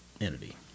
entity